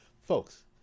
Folks